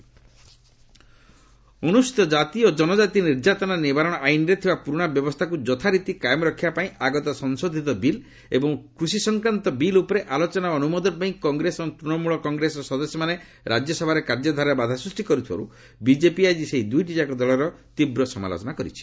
BJP TMC RS ଅନୁସ୍ଚଚୀତ କାତି ଓ ଜନଜାତି ନିର୍ଯାତନା ନିବାରଣ ଆଇନ୍ରେ ଥିବା ପୁରୁଣା ବ୍ୟବସ୍ଥାକୁ ଯଥାରୀତି କାୟମ ରଖିବା ପାଇଁ ଆଗତ ସଂଶୋଧିତ ବିଲ୍ ଏବଂ କୃଷି ସଂକ୍ରାନ୍ତ ବିଲ୍ ଉପରେ ଆଲୋଚନା ଓ ଅନୁମୋଦନ ପାଇଁ କଂଗ୍ରେସ ଓ ତୃଣମୂଳ କଂଗ୍ରେସର ସଦସ୍ୟମାନେ ରାଜ୍ୟସଭାରେ କାର୍ଯ୍ୟଧାରାରେ ବାଧା ସୃଷ୍ଟି କରୁଥିବାରୁ ବିଜେପି ଆଜି ସେଇ ଦୁଇଟିଯାକ ଦଳର ତୀବ୍ର ସମାଲୋଚନା କରିଛି